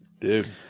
Dude